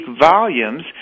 volumes